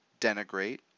denigrate